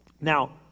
Now